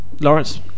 Lawrence